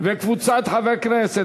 וקבוצת חברי הכנסת.